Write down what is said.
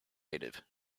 native